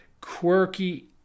quirky